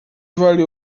value